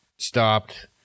stopped